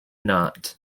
not